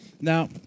Now